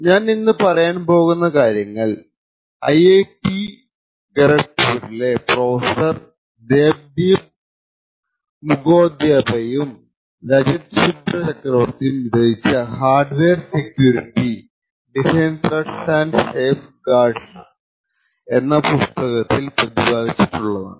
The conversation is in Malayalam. ഞാൻ ഇന്ന് പറയാൻ പോകുന്ന കാര്യങ്ങൾ ഐ ഐ ടി ഖരഗ്പൂരിലെ പ്രൊഫസർ ദേബ് ദീപ് മുഖോപധ്യായും രജത് ശുഭ്ര ചക്രവർത്തിയും രചിച്ച hardware security design threats and safeguards Hardware security design threats and safeguards എന്ന പുസ്തകത്തിൽ പ്രതിപാദിച്ചിട്ടുള്ളതാണ്